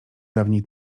dawniej